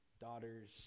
daughters